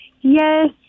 Yes